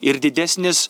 ir didesnis